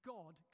God